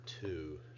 two